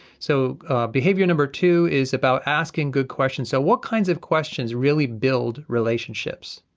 so behavior number two, is about asking good questions. so what kinds of questions really build relationships?